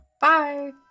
bye